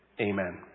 Amen